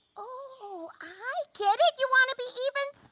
oh i get it, you wanna be even